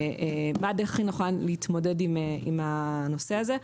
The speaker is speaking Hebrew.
מה הדרך הכי נכונה להתמודד עם הנושא הזה.